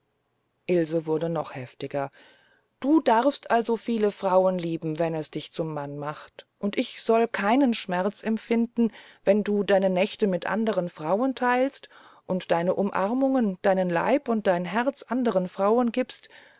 ilse wurde noch heftiger du darfst also viele frauen lieben wenn es dich zum manne macht und ich soll keinen schmerz empfinden wenn du deine nächte mit anderen frauen teilst und deine umarmungen deinen leib und dein herz anderen frauen gibst